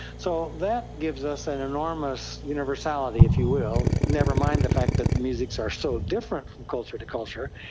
so that gives us an enormous universality, if you will, never mind the fact that musics are so different from culture to culture,